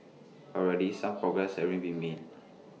already some progress the ray been made